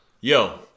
Yo